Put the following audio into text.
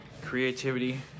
Creativity